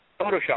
Photoshop